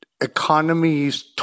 economies